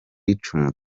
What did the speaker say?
icumu